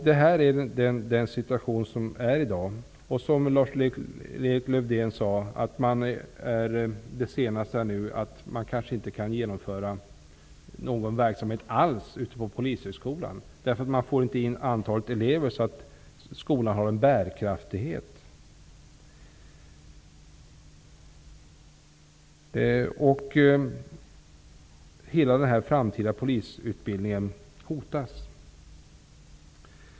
Det är, som Lars Erik Lövdén sade, så att man kanske inte kan genomföra någon verksamhet alls på Polishögskolan, därför att man inte får tillräckligt antal elever, så att skolan blir bärkraftig. Hela den framtida polisutbildningen hotas.